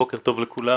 בוקר טוב לכולם.